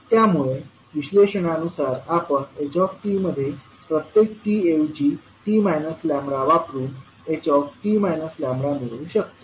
त्यामुळे विश्लेषणानुसार आपण h मध्ये प्रत्येक t ऐवजी t λ वापरून ht λ मिळवू शकतो